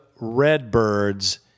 Redbirds